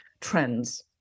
trends